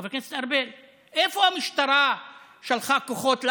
חבר הכנסת ארבל, לאיפה המשטרה שלחה כוחות לאחרונה?